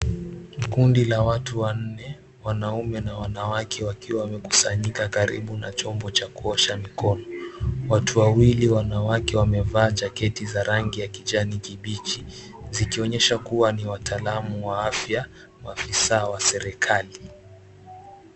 Kundi la watu wanne wanawake wakiwa wamekusanyika kwa chombo cha kuosha mikono watu wawili wanawake wamevaa jaketi la rangi ya kijani kibichi zikionyesha ni wataalamu wa afya afisaa wa serekali.